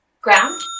Ground